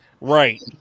Right